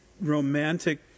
romantic